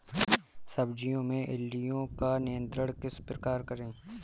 सब्जियों में इल्लियो का नियंत्रण किस प्रकार करें?